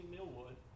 Millwood